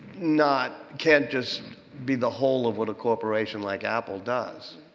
not can't just be the whole of what a corporation like apple does.